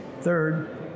Third